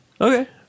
Okay